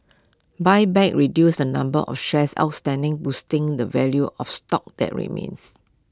buybacks reduce the number of shares outstanding boosting the value of stock that remains